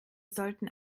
sollten